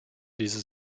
diese